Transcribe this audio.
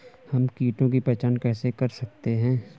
हम कीटों की पहचान कैसे कर सकते हैं?